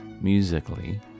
musically